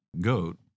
goat